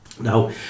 Now